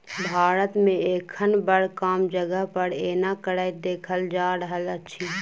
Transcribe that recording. भारत मे एखन बड़ कम जगह पर एना करैत देखल जा रहल अछि